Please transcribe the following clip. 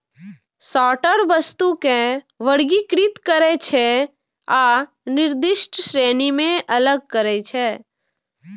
sorter वस्तु कें वर्गीकृत करै छै आ निर्दिष्ट श्रेणी मे अलग करै छै